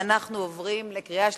אנחנו עוברים לקריאה שלישית,